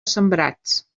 sembrats